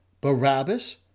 Barabbas